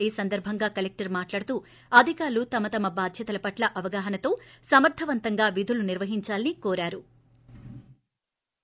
ఈ సందర్బంగా కలెక్టర్ మాట్లాడుతూ అధికారులు తమ బాధ్యతల పట్ల అవగాహనతో సమర్గవంతంగా విధులు నిర్వహించాలని కోరారు